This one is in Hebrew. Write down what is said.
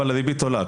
אבל הריבית עולה.